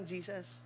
Jesus